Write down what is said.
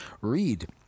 read